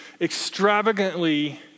extravagantly